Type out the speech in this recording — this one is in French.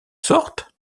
sortent